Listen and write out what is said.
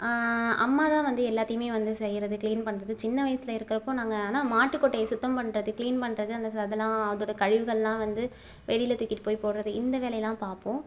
அம்மா தான் வந்து எல்லாத்தையுமே வந்து செய்யுறது க்ளீன் பண்ணுறது சின்ன வயசில் இருக்குறப்போ நாங்கள் ஆனால் மாட்டுக்கொட்டையை சுத்தம் பண்ணுறது க்ளீன் பண்ணுறது அந்த ச அதெலாம் அதோட கழிவுகள்லாம் வந்து வெளியில தூக்கிகிட்டு போய் போடுறது இந்த வேலையெல்லாம் பார்ப்போம்